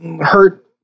hurt